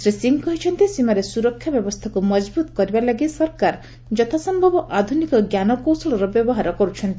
ଶ୍ରୀ ସିଂ କହିଛନ୍ତି ସୀମାରେ ସୁରକ୍ଷା ବ୍ୟବସ୍ଥାକୁ ମଜବ୍ରତ୍ କରିବା ଲାଗି ସରକାର ଯଥାସନ୍ତବ ଆଧ୍ରନିକ ଜ୍ଞାନକୌଶଳର ବ୍ୟବହାର କର୍ରଛନ୍ତି